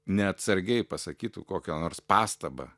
neatsargiai pasakytų kokią nors pastabą